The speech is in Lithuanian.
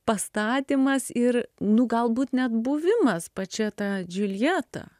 pastatymas ir nu galbūt net buvimas pačia ta džiuljeta